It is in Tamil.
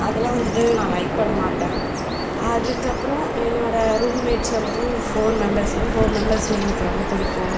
அதெலாம் வந்துட்டு நான் லைக் பண்ண மாட்டேன் அதுக்கப்புறம் என்னோடய ரூம் மேட்ஸ் வந்துட்டு ஃபோர் மெம்பர்ஸ் ஃபோர் மெம்பர்ஸ்மே எனக்கு ரொம்ப பிடிக்கும்